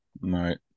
Right